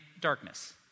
darkness